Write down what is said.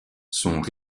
sont